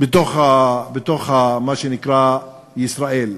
בתוך מה שנקרא ישראל: